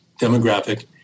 demographic